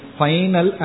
final